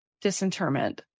disinterment